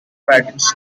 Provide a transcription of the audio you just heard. battles